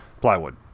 plywood